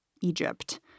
Egypt